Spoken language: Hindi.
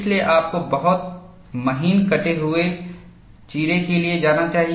इसलिए आपको बहुत महीन कटे हुए चीरा के लिए जाना चाहिए